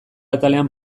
atalean